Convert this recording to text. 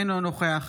אינו נוכח